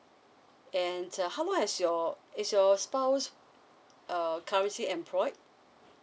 and uh how long has your is your spouse err currently employed